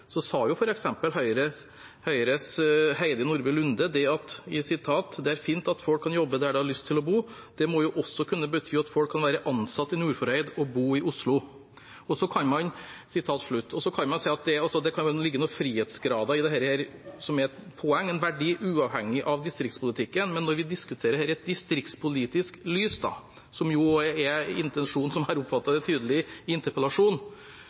sa f.eks. Høyres Heidi Nordby Lunde: «Det er fint om folk kan jobbe der de har lyst til å bo. Det må jo også kunne bety at folk kan være ansatt i Nordfjordeid og bo i Oslo.» Så kan man jo si at det kan ligge noe frihetsgrader i dette som er et poeng og en verdi uavhengig av distriktspolitikken. Men når vi diskuterer dette i et distriktspolitisk lys, som jo er den tydelige intensjonen i interpellasjonen, slik jeg har